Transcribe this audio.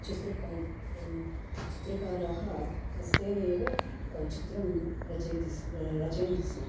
चित्रकाय् चित्रकाराः हस्तेन एव चित्रं रचयति स्म रचयन्ति स्म